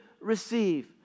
receive